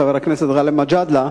חבר הכנסת גאלב מג'אדלה,